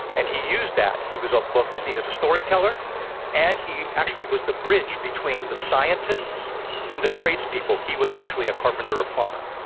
and he used that. he was um both seen as a storyteller and he actually was the bridge between the scientists and the tradespeople. he was actually a carpenter and a plumber.